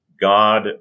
God